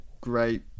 great